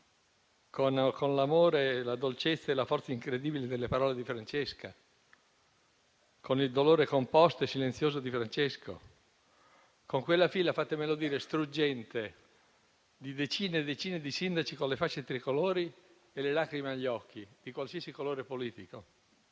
con l'amore, la dolcezza e la forza incredibile delle parole di Francesca; con il dolore composto e silenzioso di Francesco; con quella fila - fatemelo dire - struggente di decine e decine di sindaci, di qualsiasi colore politico,